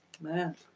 Man